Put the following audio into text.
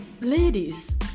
ladies